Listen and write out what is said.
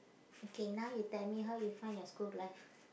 okay now you tell me how you find your school life